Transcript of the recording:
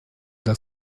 das